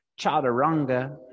chaturanga